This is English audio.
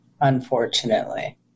Unfortunately